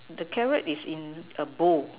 the carrot is in a bowl